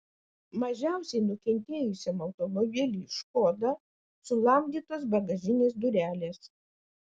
mažiausiai nukentėjusiam automobiliui škoda sulamdytos bagažinės durelės